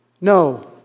No